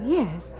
yes